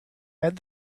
add